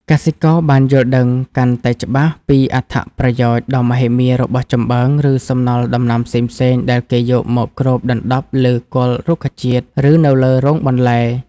កសិករបានយល់ដឹងកាន់តែច្បាស់ពីអត្ថប្រយោជន៍ដ៏មហិមារបស់ចំបើង ឬសំណល់ដំណាំផ្សេងៗដែលគេយកមកគ្របដណ្ដប់លើគល់រុក្ខជាតិ ឬនៅលើរងបន្លែ។